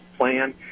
plan